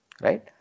right